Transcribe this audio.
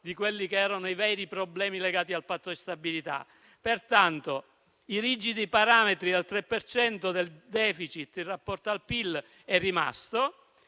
di quelli che erano i veri problemi legati al Patto di stabilità. Pertanto, il rigido parametro del 3 per cento del *deficit* in rapporto al PIL è rimasto